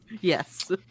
Yes